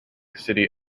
city